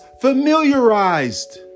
familiarized